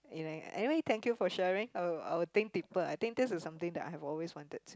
anyway thank you for sharing I will I will think deeper I think this is something that I have always wanted